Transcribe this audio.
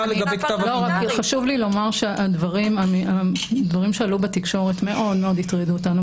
חשוב לי לומר שהדברים שעלו בתקשורת מאוד-מאוד הטרידו אותנו.